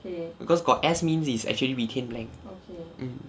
because got S means it's actually retain blank mm